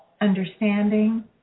understanding